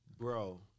Bro